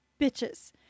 bitches